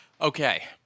okay